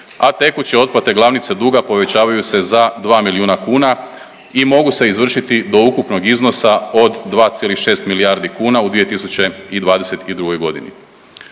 a tekuće otplate glavnice duga povećavaju se za 2 milijuna kuna i mogu se izvršiti do ukupnog iznosa od 2,6 milijardi kuna u 2022.g.